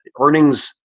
earnings